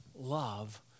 love